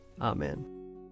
Amen